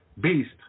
beast